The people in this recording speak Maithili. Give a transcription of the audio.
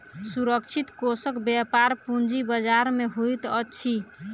सुरक्षित कोषक व्यापार पूंजी बजार में होइत अछि